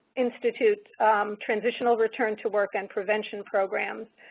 institute transitional return to work and intervention programs.